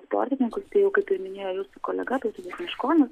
sportininkus tai jau kaip ir minėjo jūsų kolega tai meškonis